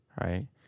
right